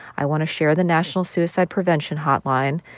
i want to share the national suicide prevention hotline,